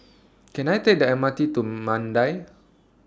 Can I Take The M R T to Mandai